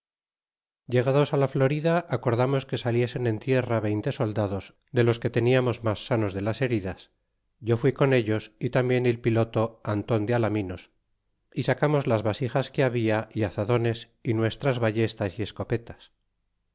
habana llegados la florida acordamos que saliesen en tierra veinte soldados de los que teniamos mas sanos de las heridas yo fuí con ellos y tambien el piloto anton de alaminos y sacamos las vasijas que habia y azadones y nuestras ballestas y escopetas